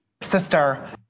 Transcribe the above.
Sister